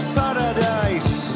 paradise